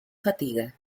fatiga